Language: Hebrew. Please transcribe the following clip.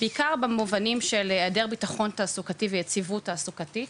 בעיקר במובנים של העדר בטחון תעסוקתי ויציבות תעסוקתית,